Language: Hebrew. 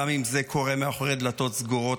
גם אם זה קורה מאחורי הדלתות סגורות,